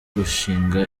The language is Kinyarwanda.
gushing